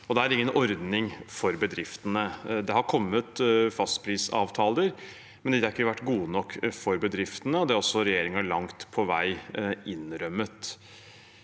det er ingen ordning for bedriftene. Det har kommet fastprisavtaler, men de har ikke vært gode nok for bedriftene, og det har også regjeringen langt på vei innrømmet.